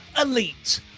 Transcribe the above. elite